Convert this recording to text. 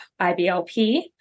IBLP